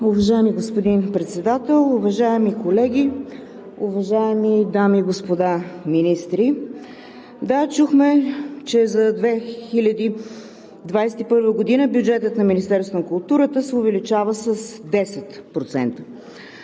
Уважаеми господин Председател, уважаеми колеги, уважаеми дами и господа министри! Да, чухме, че за 2021 г. бюджетът на Министерството на културата се увеличава с 10%,